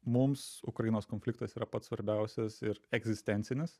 mums ukrainos konfliktas yra pats svarbiausias ir egzistencinis